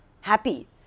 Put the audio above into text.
happy